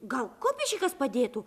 gal kopišikas padėtų